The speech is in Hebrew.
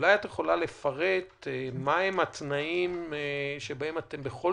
אולי את יכולה לפרט מהם התנאים שבהם אתם בכל